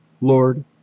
Lord